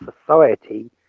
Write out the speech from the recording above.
society